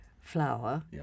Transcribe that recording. flour